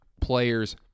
players